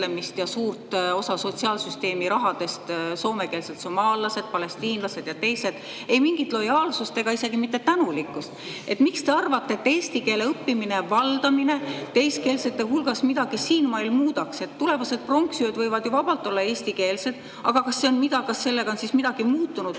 ja suurt osa sotsiaalsüsteemi rahadest soomekeelsed somaallased, palestiinlased ja teised. Ei mingit lojaalsust ega isegi mitte tänulikkust. Miks te arvate, et eesti keele õppimine ja valdamine teiskeelsete [meelsuses] midagi siinmail muudab? Tulevased pronksiööd võivad vabalt olla eestikeelsed. Aga kas sellega on siis midagi muutunud?